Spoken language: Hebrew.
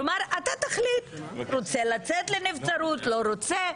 כלומר אתה תחליט, רוצה לצאת לנבצרות, לא רוצה,